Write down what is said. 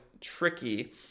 tricky